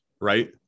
right